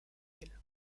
elle